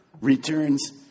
returns